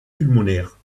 pulmonaire